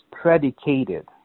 predicated